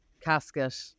casket